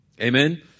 Amen